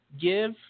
Give